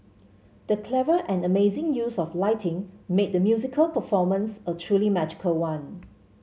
the clever and amazing use of lighting made the musical performance a truly magical one